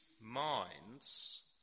minds